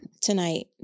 tonight